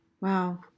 wow